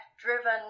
driven